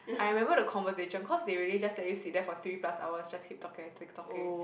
I remember the conversation cause they really let you just sit there for three plus hours just keep talking and keep talking